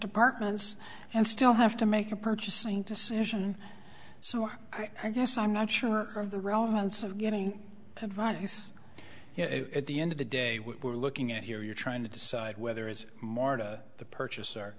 departments and still have to make a purchasing decision so i guess i'm not sure of the relevance of getting advice at the end of the day what we're looking at here you're trying to decide whether is martha the purchaser